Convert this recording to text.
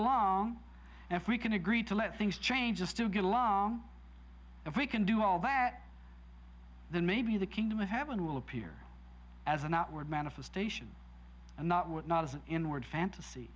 and if we can agree to let things change just to get along if we can do all that then maybe the kingdom of heaven will appear as an outward manifestation and not what not is an inward fantasy